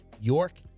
York